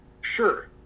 sure